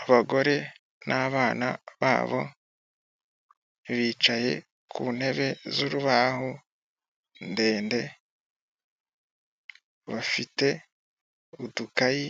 Abagore n'abana babo bicaye ku ntebe z'urubaho ndende. Bafite udukayi